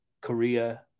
Korea